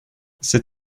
c’est